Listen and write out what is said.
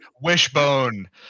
wishbone